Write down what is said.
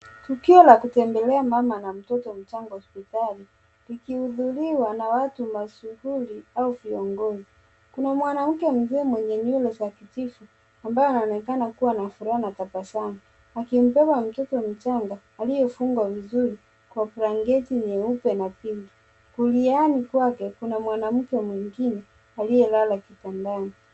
Tukio la kutembea mama na mtoto mchanga hospitali lilihudhuriwa na watu mashuhuri au viongozi. Kuna mwanamke Mzee mwenye nywele za kutisha ambaye anaonekana kuwa na furaha na tabasamu akimbeba mtoto mchanga aliyefungwa vizuri kwa blanketi nyeupe na pinki. Kuliani kwake kuna mwanamke Mwingine aliyelala kitandani .